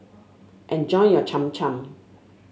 enjoy your Cham Cham